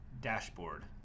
dashboard